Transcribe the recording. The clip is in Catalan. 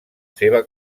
seva